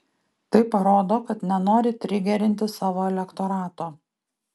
tai parodo kad nenori trigerinti savo elektorato